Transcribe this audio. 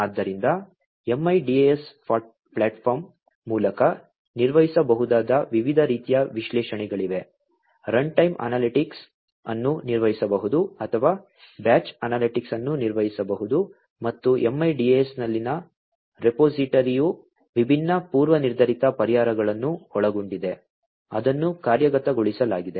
ಆದ್ದರಿಂದ MIDAS platform ಮೂಲಕ ನಿರ್ವಹಿಸಬಹುದಾದ ವಿವಿಧ ರೀತಿಯ ವಿಶ್ಲೇಷಣೆಗಳಿವೆ ರನ್ಟೈಮ್ ಅನಾಲಿಟಿಕ್ಸ್ ಅನ್ನು ನಿರ್ವಹಿಸಬಹುದು ಅಥವಾ ಬ್ಯಾಚ್ ಅನಾಲಿಟಿಕ್ಸ್ ಅನ್ನು ನಿರ್ವಹಿಸಬಹುದು ಮತ್ತು MIDAS ನಲ್ಲಿನ ರೆಪೊಸಿಟರಿಯು ವಿಭಿನ್ನ ಪೂರ್ವನಿರ್ಧರಿತ ಪರಿಹಾರಗಳನ್ನು ಒಳಗೊಂಡಿದೆ ಅದನ್ನು ಕಾರ್ಯಗತಗೊಳಿಸಲಾಗಿದೆ